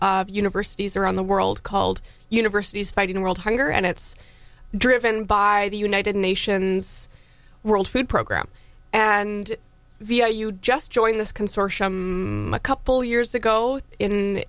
of universities around the world called universities fighting world hunger and it's driven by the united nations world food program and via you just joined this consortium a couple years ago in